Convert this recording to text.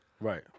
Right